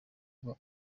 kuba